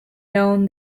known